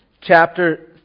chapter